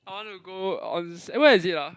I want to go ons~ eh where is it ah